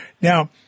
Now